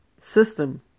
system